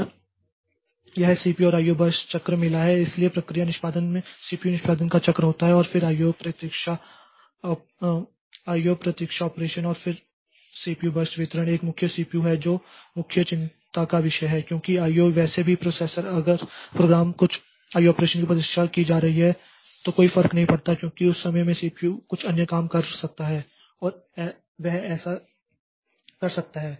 और हमें यह सीपीयू और आईओ बर्स्ट चक्र मिला है इसलिए प्रक्रिया निष्पादन में सीपीयू निष्पादन का चक्र होता है और फिर आईओ प्रतीक्षा ऑपरेशन और सीपीयू बर्स्ट वितरण एक मुख्य सीपीयू है जो मुख्य चिंता का विषय है क्योंकि आईओ वैसे भी प्रोसेसर अगर प्रोग्राम कुछ आईओ ऑपरेशन की प्रतीक्षा की जा रही है तो कोई फर्क नहीं पड़ता क्योंकि उस समय में सीपीयू कुछ अन्य काम कर सकता है और वह ऐसा कर सकता है